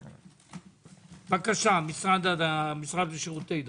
בבקשה, המשרד לשירותי דת.